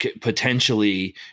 potentially